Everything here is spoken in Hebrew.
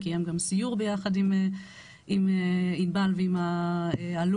וקיים גם סיור ביחד עם עינבל ועם האלוף.